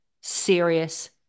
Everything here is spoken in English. serious